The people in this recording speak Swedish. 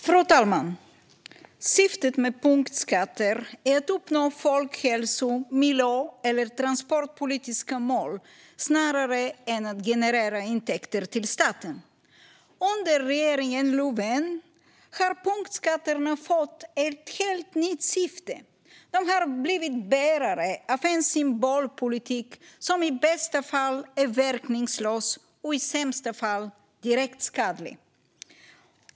Fru talman! Syftet med punktskatter är att uppnå folkhälso-, miljö eller transportpolitiska mål snarare än att generera intäkter till staten. Under regeringen Löfven har punktskatterna fått ett helt nytt syfte. De har blivit bärare av en symbolpolitik som i bästa fall är verkningslös och i sämsta fall direkt skadlig.